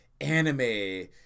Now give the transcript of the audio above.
anime